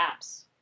apps